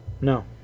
No